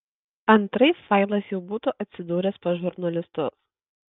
antraip failas jau būtų atsidūręs pas žurnalistus